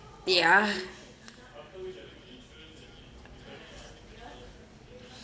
ya